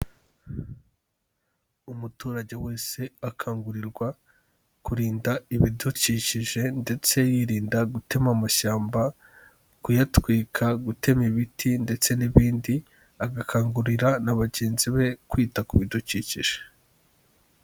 Umuturage wese akangurirwa kurinda ibidukikije ndetse yirinda gutema amashyamba, kuyatwika, gutema ibiti ndetse n'ibindi, agakangurira na bagenzi be kwita ku bidukikije.